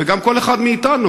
וגם כל אחד מאתנו: